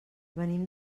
venim